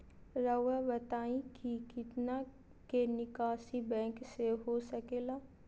रहुआ बताइं कि कितना के निकासी बैंक से हो सके ला?